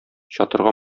чатырга